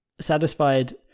satisfied